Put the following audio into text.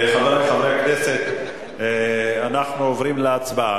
חברי הכנסת, אנחנו עוברים להצבעה.